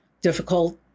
difficult